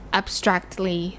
abstractly